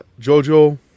Jojo